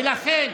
ולכן,